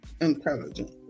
intelligent